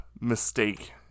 mistake